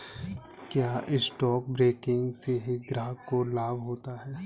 क्या stock broking से ग्राहक को लाभ होता है?